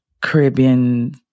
Caribbean